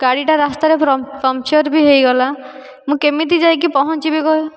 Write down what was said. ଗାଡ଼ିଟା ରାସ୍ତାରେ ପମ୍ପଚର୍ ବି ହୋଇଗଲା ମୁଁ କେମିତି ଯାଇକି ପହଞ୍ଚିବି କହିଲ